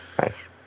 Nice